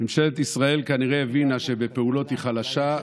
ממשלת ישראל כנראה הבינה שבפעולות היא חלשה,